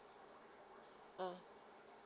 ah